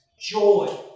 Joy